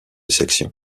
sections